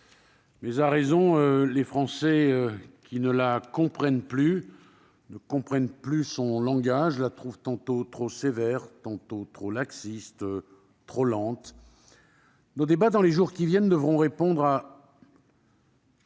Mais, à raison, les Français ne la comprennent plus, ne comprennent plus son langage, la trouvent tantôt trop sévère, tantôt trop laxiste et trop lente. Dans les jours qui viennent, nos débats devront répondre à